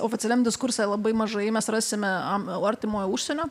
oficialiam diskurse labai mažai mes rasime a artimojo užsienio